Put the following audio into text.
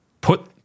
put